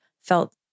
felt